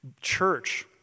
Church